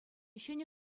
ҫӗнӗ